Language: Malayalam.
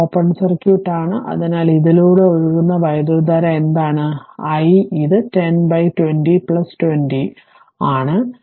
അതിനാൽ ഇത് ഓപ്പൺ സർക്യൂട്ട് ആണ് അതിനാൽ ഇതിലൂടെ ഒഴുകുന്ന വൈദ്യുതധാര എന്താണ് i ഇത് 10 ബൈ 20 Ω 20 is ആണ്